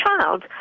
child